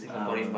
uh